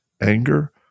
anger